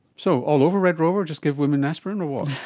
so, all over red rover? just give women aspirin? or what?